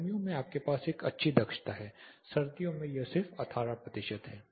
गर्मियों में आपके पास एक अच्छी दक्षता है सर्दियों में यह सिर्फ 18 प्रतिशत है